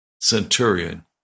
Centurion